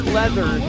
leather